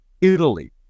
Italy